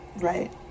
Right